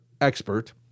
expert